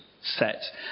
set